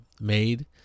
made